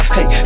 Hey